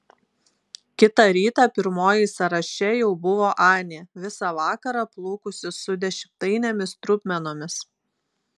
kitą rytą pirmoji sąraše jau buvo anė visą vakarą plūkusis su dešimtainėmis trupmenomis